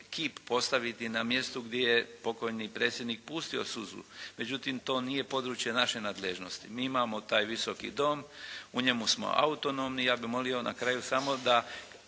kip postaviti na mjestu gdje je pokojni predsjednik pustio suzu, međutim to nije područje naše nadležnosti. Mi imamo taj Visoki dom, u njemu smo autonomni, ja bih molio na kraju samo da